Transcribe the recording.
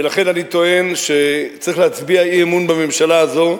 ולכן אני טוען שצריך להצביע אי-אמון בממשלה הזאת,